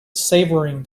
savouring